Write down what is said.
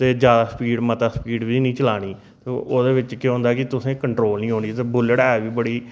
ते ज्यादा स्पीड मता स्पीड बी नेईं चलानी ते ओह्दे बिच्च केह् होंदा कि तुसें कंट्रोल नी होनी ते बुलेट ऐ बी बड़ी